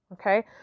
Okay